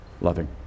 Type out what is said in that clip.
loving